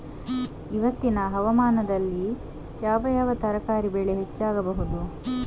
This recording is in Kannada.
ಇವತ್ತಿನ ಹವಾಮಾನದಲ್ಲಿ ಯಾವ ಯಾವ ತರಕಾರಿ ಬೆಳೆ ಹೆಚ್ಚಾಗಬಹುದು?